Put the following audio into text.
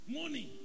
money